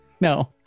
No